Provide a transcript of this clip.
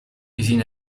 gezien